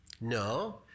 No